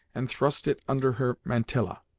and thrust it under her mantilla.